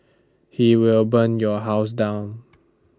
he will burn your house down